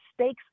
stakes